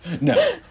No